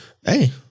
Hey